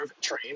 train